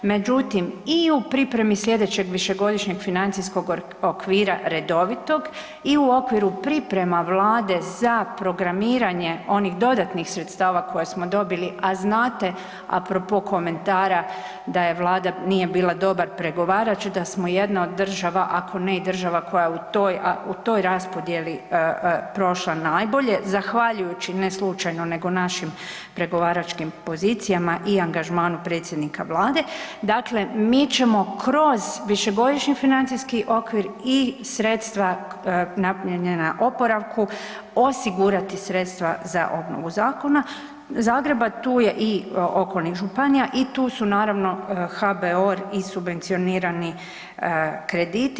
Međutim i u pripremi slijedećeg višegodišnjeg financijskog okvira redovitog i u okviru priprema Vlade za programiranje onih dodatnih sredstava koje smo dobili, a znate apropo komentara da Vlada nije bila dobar pregovarač da smo jedna od država ako ne i država koja je u toj raspodjeli prošla najbolje zahvaljujući ne slučajno nego našim pregovaračkim pozicijama i angažmanu predsjednika Vlade, dakle mi ćemo kroz višegodišnji financijski okvir i sredstva namijenjena oporavku osigurati sredstva za obnovu zakona, Zagreba, tu je i okolnih županija i tu su naravno HBOR i subvencionirani krediti.